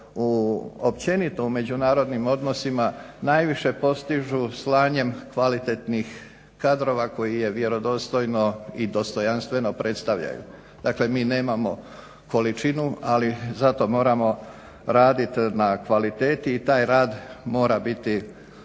općenito u međunarodnim odnosima najviše postižu slanjem kvalitetnih kadrova koji je vjerodostojno i dostojanstveno predstavljaju. Dakle, mi nemamo količinu ali zato moramo raditi na kvaliteti i taj rad mora biti